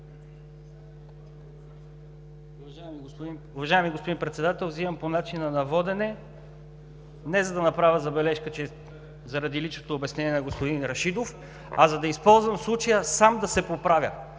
Уважаеми господин Председател, вземам думата по начина на водене не за да направя забележка заради личното обяснение на господин Рашидов, а за да използвам случая сам да се поправя,